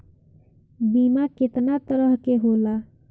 बीमा केतना तरह के होला?